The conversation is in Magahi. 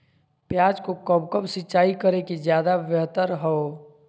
प्याज को कब कब सिंचाई करे कि ज्यादा व्यहतर हहो?